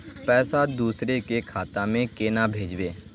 पैसा दूसरे के खाता में केना भेजबे?